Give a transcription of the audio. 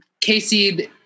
Casey